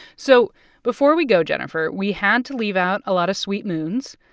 so before we go, jennifer, we had to leave out a lot of sweet moons.